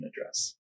address